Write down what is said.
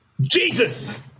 Jesus